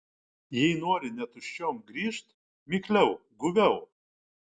jei nori ne tuščiom grįžt mikliau guviau